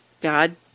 God